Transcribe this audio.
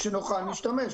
כשנוכל, נשתמש.